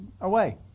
away